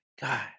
God